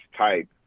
type